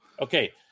Okay